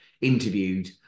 interviewed